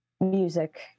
music